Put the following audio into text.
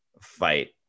fight